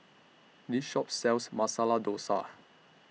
This Shop sells Masala Dosa